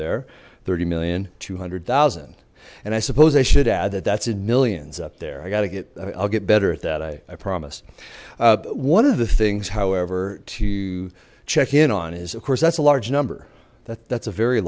there thirty million two hundred thousand and i suppose i should add that that's in millions up there i got to get i'll get better at that i i promise one of the things however to check in on is of course that's a large number that that's a very